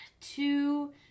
two